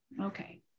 Okay